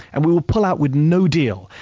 and we will pull out with no deal.